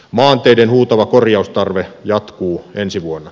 maanteiden huutava korjaustarve jatkuu ensi vuonna